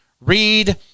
Read